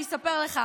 אני אספר לך,